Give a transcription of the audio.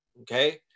okay